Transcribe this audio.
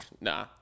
Nah